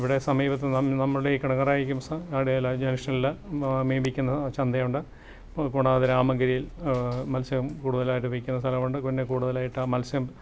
ഇവിടെ സമീപത്ത് നമ്മുടെ ഈ കടയിലോ ജംങ്ങ്ഷനിലോ മീൻ വിൽക്കുന്ന ചന്തയുണ്ട് കൂടാതെ രാമങ്കരിയിൽ മത്സ്യം കൂടുതലായിട്ട് വിൽക്കുന്ന സ്ഥലമുണ്ട് പിന്നെ കൂടുതലായിട്ട് മത്സ്യം